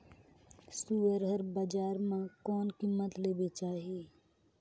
सुअर हर बजार मां कोन कीमत ले बेचाही?